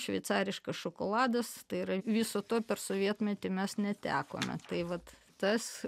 šveicariškas šokoladas tai yra viso to per sovietmetį mes netekome tai vat tas